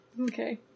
Okay